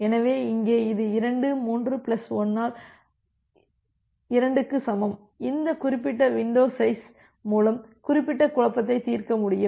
எனவே இங்கே இது 2 3 பிளஸ் 1 ஆல் 2 க்கு சமம் இந்த குறிப்பிட்ட வின்டோ சைஸ் மூலம் குறிப்பிட்ட குழப்பத்தை தீர்க்க முடியும்